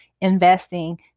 investing